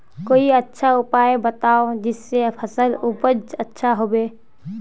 कोई अच्छा उपाय बताऊं जिससे फसल उपज अच्छा होबे